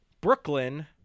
Brooklyn